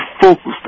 focused